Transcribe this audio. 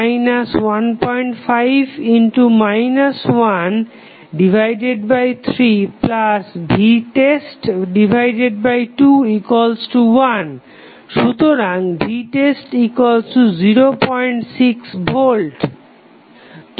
vtest 15 13vtest21 সুতরাং vtest06V